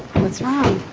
what's wrong?